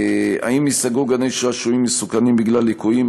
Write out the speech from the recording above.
2. האם ייסגרו גני-שעשועים מסוכנים בגלל ליקויים?